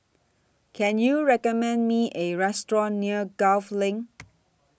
Can YOU recommend Me A Restaurant near Gul LINK